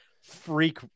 freak